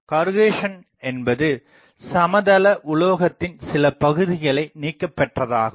corrugation என்பது சமதள உலோகத்தின் சில பகுதிகளை நீக்கபெற்றதாகும்